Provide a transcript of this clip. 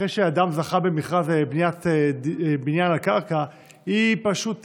אחרי שאדם זכה במכרז בניין על קרקע היא פשוט,